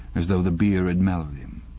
as though the beer had mellowed him.